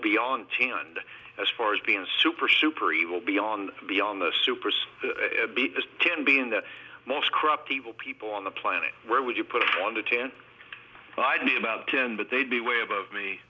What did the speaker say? beyond chain and as far as being a super super evil beyond beyond the superspy ten being the most corrupt evil people on the planet where would you put on the ten i'd be about ten but they'd be way above me